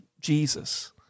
Jesus